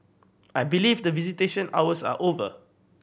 I believe that visitation hours are over